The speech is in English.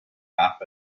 half